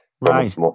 right